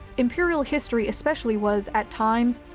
imperial history especially was, at times,